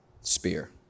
spear